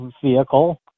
vehicle